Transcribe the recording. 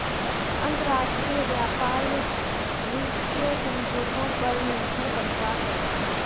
अंतरराष्ट्रीय व्यापार द्विपक्षीय समझौतों पर निर्भर करता है